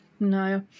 No